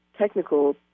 technical